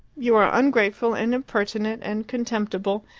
you are ungrateful and impertinent and contemptible,